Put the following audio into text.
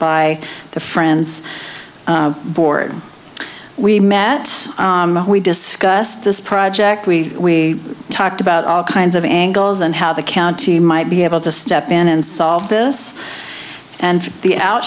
by the friends board we met we discussed this project we we talked about all kinds of angles and how the county might be able to step in and solve this and the